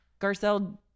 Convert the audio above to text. Garcelle